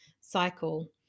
cycle